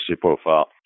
profile